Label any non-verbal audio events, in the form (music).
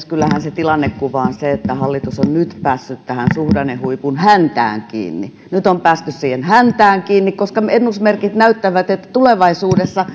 (unintelligible) kyllähän se tilannekuva on se että hallitus on nyt päässyt suhdannehuipun häntään kiinni nyt on päästy siihen häntään kiinni koska ennusmerkit näyttävät että tulevaisuudessa (unintelligible)